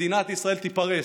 במדינת ישראל תיפרס,